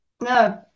No